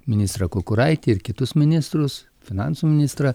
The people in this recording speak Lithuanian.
ministrą kukuraitį ir kitus ministrus finansų ministrą